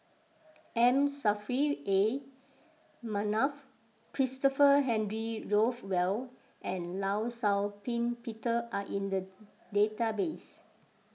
M Saffri A Manaf Christopher Henry Rothwell and Law Shau Ping Peter are in the database